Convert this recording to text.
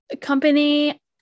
company